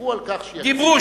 דיברו על כך שיקציבו.